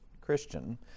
Christian